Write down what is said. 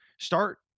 start